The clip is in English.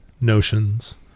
notions